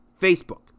Facebook